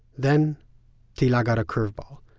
then tehila got a curve ball.